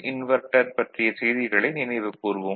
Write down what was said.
inverter பற்றியச் செய்திகளை நினைவு கூர்வோம்